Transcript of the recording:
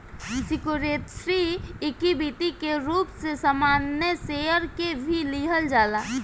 security equity के रूप में सामान्य शेयर के भी लिहल जाला